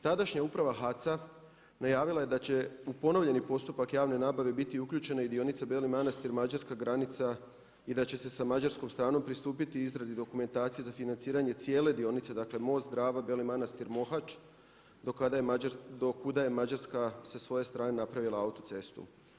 Tadašnja uprava HAC-a najavila je da će u ponovljeni postupak javne nabave biti uključena i dionica Beli Manastir – mađarska granica i da će se sa mađarskom stranom pristupiti izradi dokumentacije za financiranje cijele dionice, dakle most Drava – Beli Manastir – Mohač do kuda je Mađarska sa svoje strane napravila autocestu.